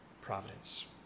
providence